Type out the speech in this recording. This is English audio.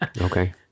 Okay